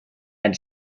had